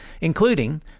including